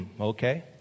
okay